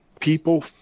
people